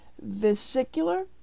vesicular